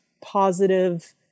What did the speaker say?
positive